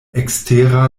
ekstera